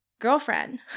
girlfriend